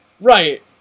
Right